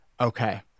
Okay